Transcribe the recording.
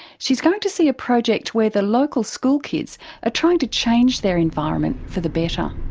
she's going to see a project where the local school kids are trying to change their environment for the better. um